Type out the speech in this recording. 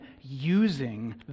using